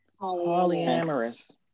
polyamorous